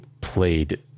played